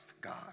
God